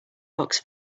box